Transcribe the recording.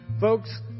Folks